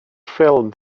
ffilm